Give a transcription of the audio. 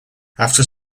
after